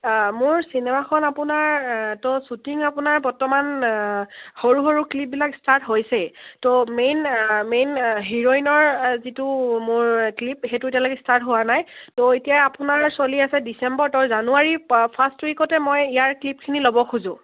মোৰ চিনেমাখন আপোনাৰ ত' শ্বুটিং আপোনাৰ বৰ্তমান সৰু সৰু ক্লিপবিলাক ষ্টাৰ্ট হৈছেই ত' মেইন মেইন হিৰইনৰ যিটো মোৰ ক্লিপ সেইটো এতিয়ালৈে ষ্টাৰ্ট হোৱা নাই ত' এতিয়া আপোনাৰ চলি আছে ডিচেম্বৰ জানুৱাৰী ফাৰ্ষ্ট উইকতে মই ইয়াৰ ক্লিপখিনি ল'ব খোজোঁ